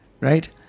right